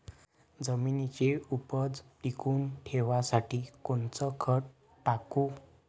जमिनीची उपज टिकून ठेवासाठी कोनचं खत टाकू?